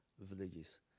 villages